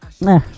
Nah